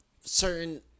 certain